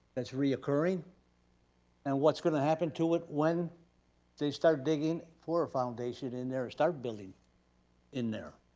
that's reoccurring and what's going to happen to it when they start digging for a foundation in their start building in there.